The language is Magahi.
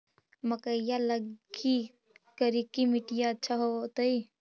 मकईया लगी करिकी मिट्टियां अच्छा होतई